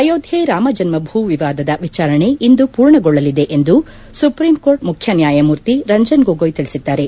ಅಯೋಧ್ಯೆ ರಾಮ ಜನ್ಮ ಭೂ ವಿವಾದದ ವಿಚಾರಣೆ ಇಂದು ಪೂರ್ಣಗೊಳ್ಳಲಿದೆ ಎಂದು ಸುಪ್ರೀಂ ಕೋರ್ಟ್ ಮುಖ್ಯ ನ್ನಾಯಮೂರ್ತಿ ರಂಜನ್ ಗೋಗೊಯ್ ತಿಳಿಸಿದ್ಲಾರೆ